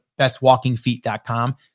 bestwalkingfeet.com